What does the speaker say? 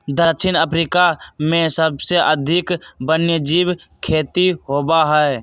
दक्षिण अफ्रीका में सबसे अधिक वन्यजीव खेती होबा हई